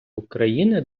україни